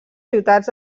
ciutats